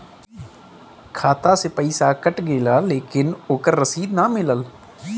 खाता से पइसा कट गेलऽ लेकिन ओकर रशिद न मिलल?